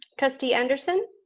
trustee anderson.